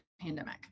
pandemic